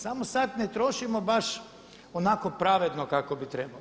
Samo sad ne trošimo baš onako pravedno kako bi trebalo.